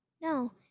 No